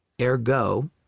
Ergo